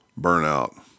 burnout